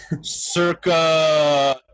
circa